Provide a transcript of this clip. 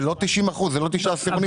זה לא 90%, זה לא תשעה עשירונים.